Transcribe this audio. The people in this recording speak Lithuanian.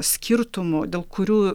skirtumų dėl kurių